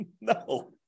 No